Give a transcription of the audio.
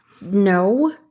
no